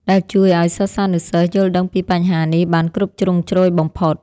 ដែលជួយឱ្យសិស្សានុសិស្សយល់ដឹងពីបញ្ហានេះបានគ្រប់ជ្រុងជ្រោយបំផុត។